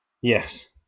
yes